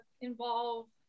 involve